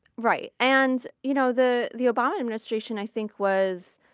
right. and you know the the obama administration i think was.